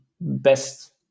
best